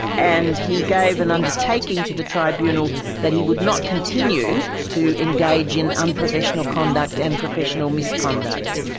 and he gave an undertaking to the tribunal that he would not continue to engage in unprofessional conduct and professional misconduct.